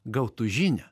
gautų žinią